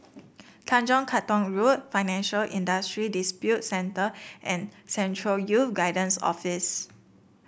Tanjong Katong Road Financial Industry Dispute Center and Central Youth Guidance Office